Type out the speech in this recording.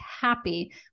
Happy